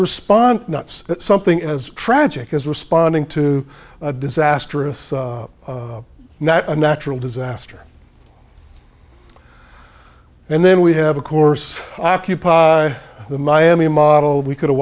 response not something as tragic as responding to a disastrous a natural disaster and then we have of course occupy the miami model we could have